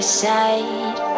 side